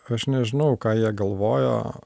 aš nežinau ką jie galvojo